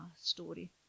story